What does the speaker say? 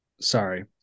Sorry